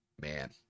man